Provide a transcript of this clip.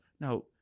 Now